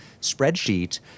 spreadsheet